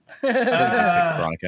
Veronica